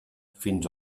fins